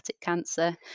cancer